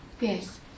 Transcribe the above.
Yes